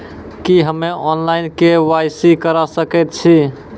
की हम्मे online, KYC करा सकैत छी?